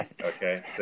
Okay